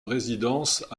résidence